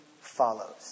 follows